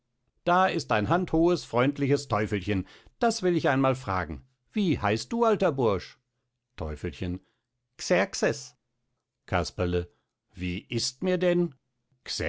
da ist ein handhohes freundliches teufelchen das will ich einmal fragen wie heißt du alter bursch teufelchen xerxes casperle wie ist mir denn